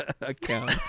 account